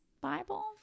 Bible